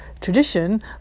tradition